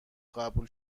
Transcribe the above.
قبول